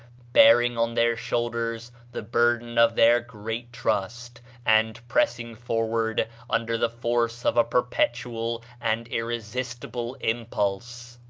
bearing on their shoulders the burden of their great trust, and pressing forward under the force of a perpetual and irresistible impulse.